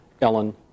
Ellen